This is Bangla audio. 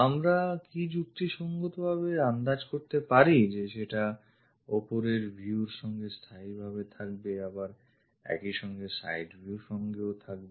আমরা কি যুক্তিসঙ্গত ভাবে আন্দাজ করতে পারি সেটা ওপরের view র সঙ্গে স্থায়ীভাবে থাকবে আবার একইসঙ্গে side viewর সঙ্গেও থাকবে